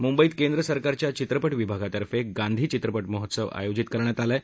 मुंबईत केंद्र सरकारच्या चित्रपटविभागातर्फे गांधी चित्रपट महोत्सव आयोजित करण्यात आला आहे